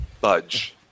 Budge